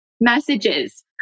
messages